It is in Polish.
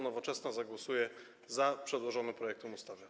Nowoczesna zagłosuje za przedłożonym projektem ustawy.